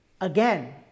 again